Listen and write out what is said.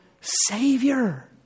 Savior